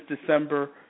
December